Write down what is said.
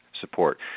support